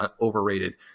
overrated